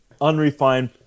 unrefined